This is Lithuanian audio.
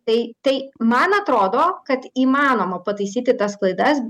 tai tai man atrodo kad įmanoma pataisyti tas klaidas